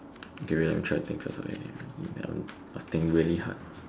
okay let me try to think first okay give me I'll think really hard